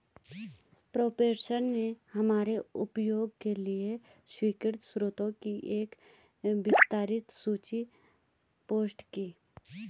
professor ने हमारे उपयोग के लिए स्वीकृत स्रोतों की एक विस्तृत सूची पोस्ट की